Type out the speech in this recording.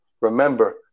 Remember